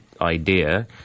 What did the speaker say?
idea